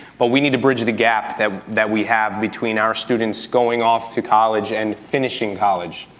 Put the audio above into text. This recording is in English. but we need to bridge the gap that that we have between our students, going off to college and finishing college.